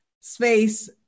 space